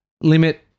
Limit